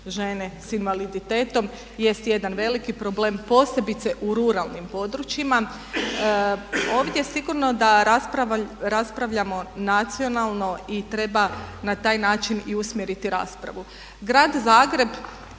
žene sa invaliditetom jest jedan veliki problem posebice u ruralnim područjima. Ovdje sigurno da raspravljamo nacionalno i treba na taj način i usmjeriti raspravu. Grad Zagreb